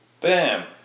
Bam